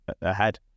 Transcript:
ahead